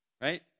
Right